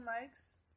likes